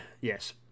yes